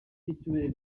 située